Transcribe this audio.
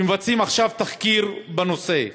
שמבצעים עכשיו תחקיר בנושא,